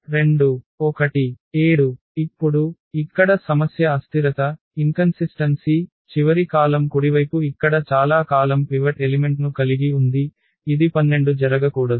2 1 7 ఇప్పుడు ఇక్కడ సమస్య అస్థిరత చివరి కాలమ్ కుడివైపు ఇక్కడ చాలా కాలమ్ పివట్ ఎలిమెంట్ను కలిగి ఉంది ఇది 12 జరగకూడదు